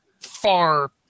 far